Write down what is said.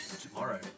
Tomorrow